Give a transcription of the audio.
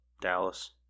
Dallas